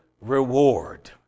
reward